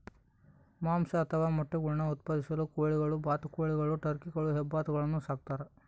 ಮಾಂಸ ಅಥವಾ ಮೊಟ್ಟೆಗುಳ್ನ ಉತ್ಪಾದಿಸಲು ಕೋಳಿಗಳು ಬಾತುಕೋಳಿಗಳು ಟರ್ಕಿಗಳು ಹೆಬ್ಬಾತುಗಳನ್ನು ಸಾಕ್ತಾರ